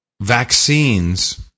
vaccines